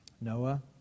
Noah